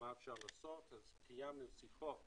קיימנו שיחות